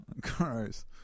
Gross